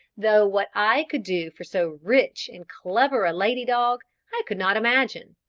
though what i could do for so rich and clever a lady-dog i could not imagine,